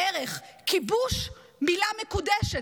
ערך, כיבוש, מילה מקודשת.